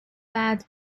bad